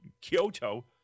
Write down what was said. Kyoto